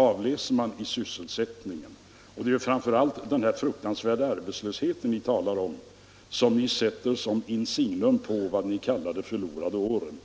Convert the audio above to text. avläser man i sysselsättningen. Det är framför allt den fruktansvärda arbetslösheten ni talar om som ni sätter som insignium på vad ni kallar de förlorade åren.